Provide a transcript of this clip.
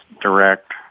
direct